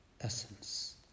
essence